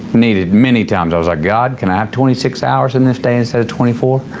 needed many times, i was like, god, can i have twenty six hours in this day instead of twenty four?